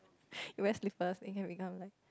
you wear slippers you can become like